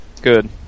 Good